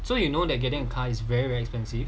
so you know they're getting a car is very very expensive